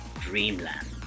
Dreamland